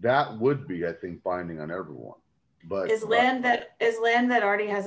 that would be i think binding on everyone but is a land that is land that already has a